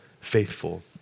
faithful